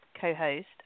co-host